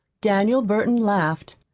daniel burton laughed.